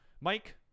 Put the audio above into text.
Mike